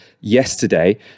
yesterday